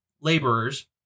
laborers